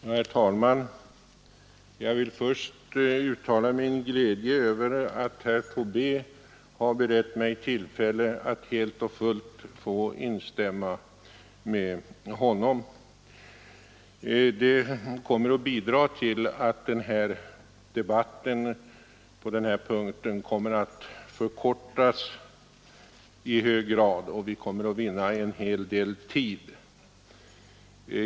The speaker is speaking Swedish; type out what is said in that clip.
Herr talman! Jag vill först uttala min glädje över att herr Tobé har berett mig tillfälle att helt och fullt kunna instämma med honom. Det kommer att bidra till att debatten på den här punkten avsevärt förkortas, och vi kommer därigenom att vinna en hel del tid.